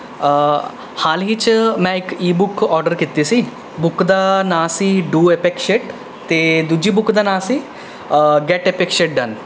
ਹਾਲ ਹੀ 'ਚ ਮੈਂ ਇੱਕ ਈ ਬੁੱਕ ਆਰਡਰ ਕੀਤੀ ਸੀ ਬੁੱਕ ਦਾ ਨਾਂ ਸੀ ਡੂ ਐਪਿਕ ਸ਼ਿਟ ਅਤੇ ਦੂਜੀ ਬੁੱਕ ਦਾ ਨਾਂ ਸੀ ਗੈਟ ਐਪਿਕ ਸ਼ਿਟ ਡੰਨ